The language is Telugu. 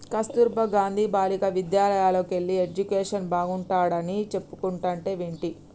కస్తుర్బా గాంధీ బాలికా విద్యాలయల్లోకెల్లి ఎడ్యుకేషన్ బాగుంటాడని చెప్పుకుంటంటే వింటి